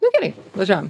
nu gerai važiuojam